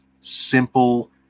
simple